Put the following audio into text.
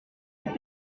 est